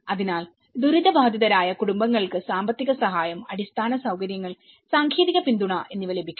അതിനാൽ ദുരിതബാധിതരായ കുടുംബങ്ങൾക്ക് സാമ്പത്തിക സഹായം അടിസ്ഥാന സൌകര്യങ്ങൾ സാങ്കേതിക പിന്തുണ എന്നിവ ലഭിക്കും